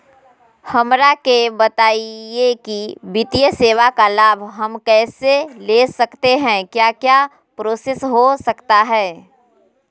हमरा के बताइए की वित्तीय सेवा का लाभ हम कैसे ले सकते हैं क्या क्या प्रोसेस हो सकता है?